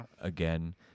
again